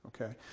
Okay